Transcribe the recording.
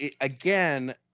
again